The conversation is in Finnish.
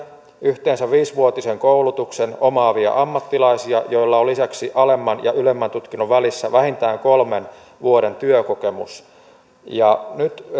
yhteensä viisivuotisen koulutuksen omaavia ammattilaisia joilla on lisäksi alemman ja ylemmän tutkinnon välissä vähintään kolmen vuoden työkokemus nyt